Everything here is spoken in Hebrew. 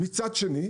מצד שני,